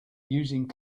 using